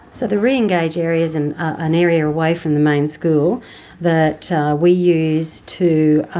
so the re-engage area is and an area away from the main school that we use to